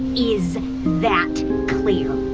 is that clear?